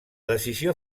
decisió